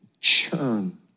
churn